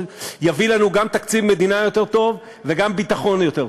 יביא לנו גם תקציב מדינה יותר טוב וגם ביטחון יותר טוב.